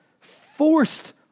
forced